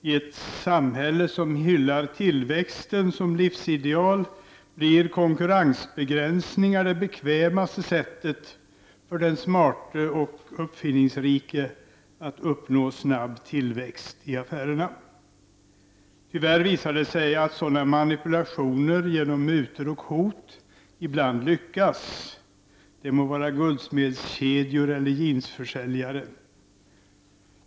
I ett samhälle som hyllar tillväxten som livsideal blir konkurrensbegränsningar det bekvämaste sättet för den smarte och uppfinningsrike att uppnå en snabb tillväxt av affärerna. Tyvärr visade det sig att sådana manipulationer genom mutor och hot ibland lyckas; det må gälla t.ex. bland guldsmedskedjor eller jeansförsäljare.